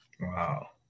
Wow